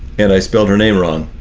and i spelt her name wrong.